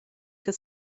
che